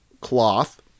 cloth